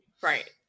Right